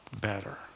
better